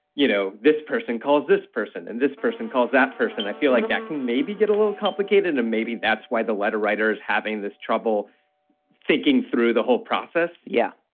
you know, this person calls this person and this person calls that person. i feel like that can maybe get a little complicated. and maybe that's why the letter writer is having this trouble thinking through the whole process yeah,